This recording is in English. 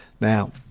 Now